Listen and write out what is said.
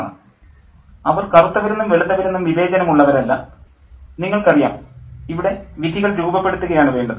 professor അവർ കറുത്തവരെന്നും വെളുത്തവരെന്നും വിവേചനം ഉള്ളവരല്ല നിങ്ങൾക്കറിയാം ഇവിടെ വിധികൾ രൂപപ്പെടുത്തുകയാണ് വേണ്ടത്